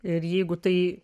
ir jeigu tai